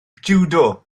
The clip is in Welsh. jiwdo